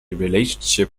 relationship